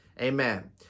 Amen